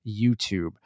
YouTube